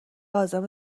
عازم